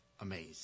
amazing